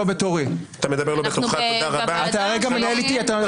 אתה כרגע מנהל איתי שיח.